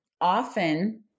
often